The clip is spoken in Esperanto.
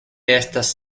estas